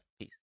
peace